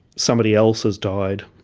somebody else has died,